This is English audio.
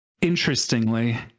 interestingly